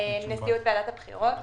אז